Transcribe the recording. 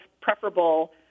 preferable